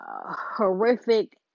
horrific